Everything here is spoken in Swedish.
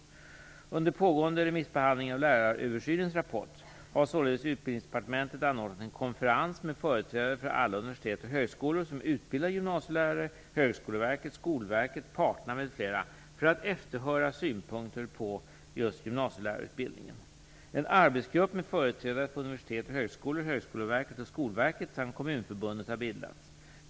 Under pågående remissbehandling av läraröversynens rapport har således Utbildningsdepartementet anordnat en konferens med företrädare för alla universitet och högskolor som utbildar gymnasielärare, Högskoleverket, Skolverket, parterna m.fl. för att efterhöra synpunkter på just gymnasielärarutbildningen. Kommunförbundet har bildats.